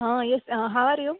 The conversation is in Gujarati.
હ યસ હાવ આર યૂ